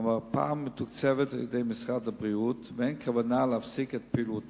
המרפאה מתוקצבת על-ידי משרד הבריאות ואין כוונה להפסיק את פעילותה.